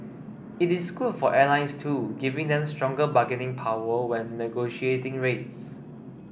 it is good for airlines too giving them stronger bargaining power when negotiating rates